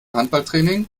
handballtraining